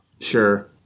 sure